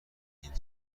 این